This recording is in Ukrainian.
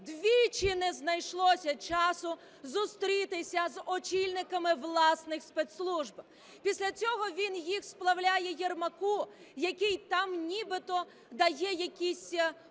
двічі не знайшлося часу зустрітися з очільниками власних спецслужб. Після цього він їх сплавляє Єрмаку, який там нібито дає якісь пропозиції,